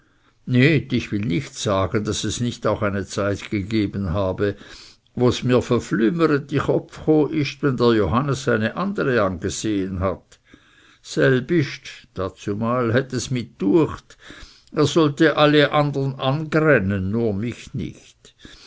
ich will nicht sagen daß es nicht auch eine zeit gegeben habe wos mr vrflüemeret i kopf cho ist wenn dr johannes eine andere angesehen hat selbist het es mih düecht er sollte alle andern angrännen nur mich nicht